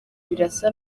birasa